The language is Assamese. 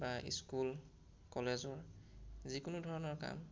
বা স্কুল কলেজৰ যিকোনো ধৰণৰ কাম